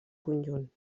conjunt